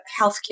healthcare